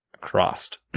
Crossed